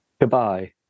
Goodbye